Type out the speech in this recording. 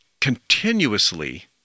continuously